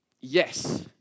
Yes